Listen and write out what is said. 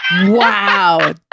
Wow